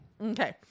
Okay